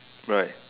right